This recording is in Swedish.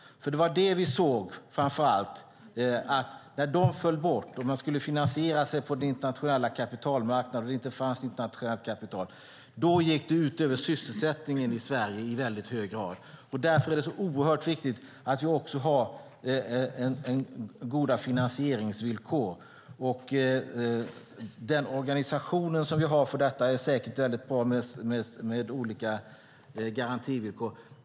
Det som vi framför allt såg var att när goda finansieringsvillkor föll bort och företagen skulle hitta finansiering på den internationella kapitalmarknaden och något internationellt kapital inte fanns gick det i hög grad ut över sysselsättningen i Sverige. Därför är det så oerhört viktigt att vi också har goda finansieringsvillkor. Den organisation som vi har för detta med olika garantivillkor är säkert mycket bra.